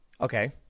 Okay